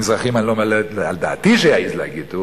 מזרחים אני לא מעלה על דעתי שהוא יעז להגיד,